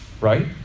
right